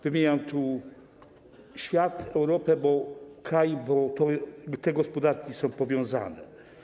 Wymieniam tu świat, Europę, kraj, bo te gospodarki są powiązane.